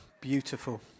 beautiful